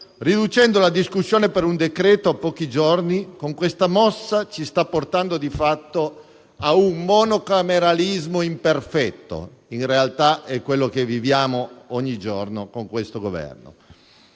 riducendo la discussione su un decreto-legge a pochi giorni. Con tale mossa ci sta portando di fatto a un monocameralismo imperfetto, che in realtà è quello che viviamo ogni giorno con questo Governo.